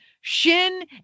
shin